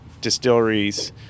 distilleries